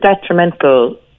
detrimental